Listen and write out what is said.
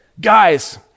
guys